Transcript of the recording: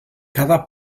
cada